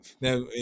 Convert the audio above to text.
Now